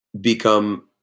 become